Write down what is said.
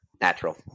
natural